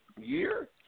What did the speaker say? year